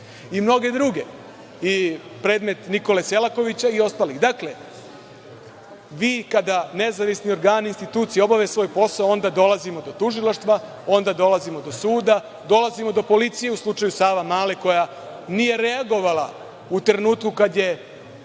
i mnoge druge i predmet Nikole Selakovića i ostalih. Vi kada nezavisni organi institucije obave svoj posao, onda dolazimo do tužilaštva, onda dolazimo do suda, dolazimo do policije u slučaju Savamale, koja nije reagovao u trenutku kada je